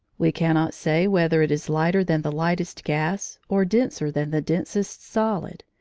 we cannot say whether it is lighter than the lightest gas or denser than the densest solid.